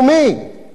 אבל זה,